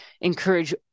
encourage